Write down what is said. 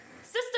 Sister